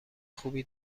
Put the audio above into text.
خوبی